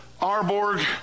Arborg